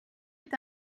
est